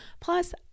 Plus